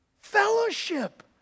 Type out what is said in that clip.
Fellowship